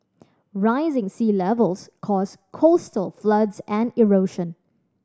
rising sea levels cause coastal floods and erosion